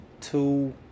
Two